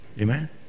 Amen